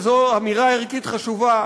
וזו אמירה ערכית חשובה,